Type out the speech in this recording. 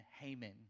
Haman